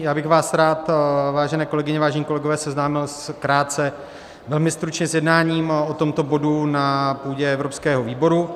Já bych vás rád, vážené kolegyně, vážení kolegové, seznámil krátce, velmi stručně s jednáním o tomto bodu na půdě Evropského výboru.